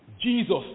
Jesus